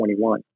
21